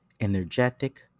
energetic